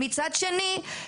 מצד שני,